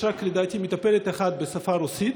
יש לדעתי רק מטפלת אחת בשפה הרוסית,